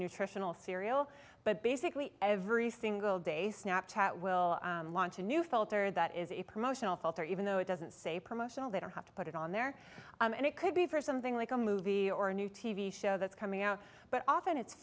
nutritional cereal but basically every single day snap chat will launch a new filter that is a promotional filter even though it doesn't say promotional they don't have to put it on there and it could be for something like a movie or a new t v show that's coming out but often it's